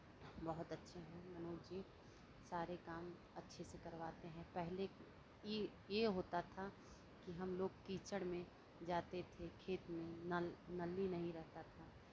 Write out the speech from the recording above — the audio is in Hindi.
बहुत अच्छे हैं मनोज जी सारे काम अच्छे से करवाते हैं पहले इ ये होता था कि हमलोग कीचड़ में जाते थे खेत में नल नल्ली नहीं रहता था